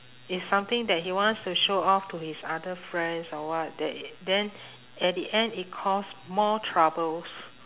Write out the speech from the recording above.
is something that he wants to show off to his other friends or what that i~ then at the end it cause more troubles